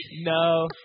No